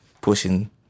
pushing